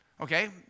okay